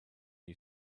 you